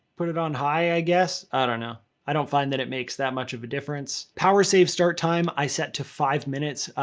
put it on high, i guess. i don't know. i don't find that it makes that much of a difference. power save start time, i set to five minutes,